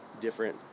different